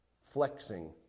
flexing